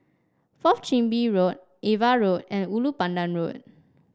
Fourth Chin Bee Road Ava Road and Ulu Pandan Road